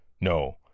No